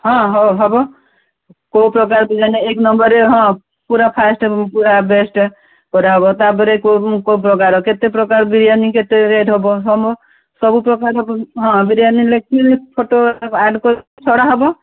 ହଁ ହଉ ହେବ କୋଉ ପ୍ରକାର ବିରିୟାନୀ ଏକ ନମ୍ବରରେ ହଁ ପୁରା ଫାଷ୍ଟ ପୁରା ବେଷ୍ଟ କରା ହେବ ତାପରେ କୋଉ କୋଉ ପ୍ରକାର କେତେ ପ୍ରକାର ବିରିୟାନୀ କେତେ ରେଟ୍ ହେବ ସବୁ ପ୍ରକାର ହଁ ବିରିୟାନୀ ଲେଖିବେ ଫଟୋ ଆଡ୍ କର ଛଡ଼ା ହେବ